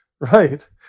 Right